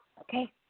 okay